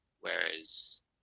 Whereas